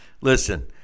Listen